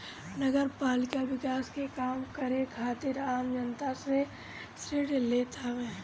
नगरपालिका विकास के काम करे खातिर आम जनता से ऋण लेत हवे